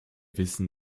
wissen